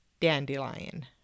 dandelion